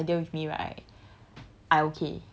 as in if you were to share her idea with me right